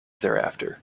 thereafter